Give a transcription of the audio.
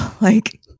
like-